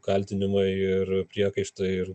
kaltinimai ir priekaištai ir